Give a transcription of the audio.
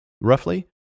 roughly